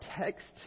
text